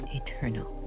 eternal